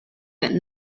that